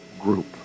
group